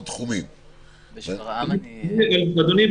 אדוני,